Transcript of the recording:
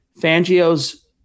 Fangio's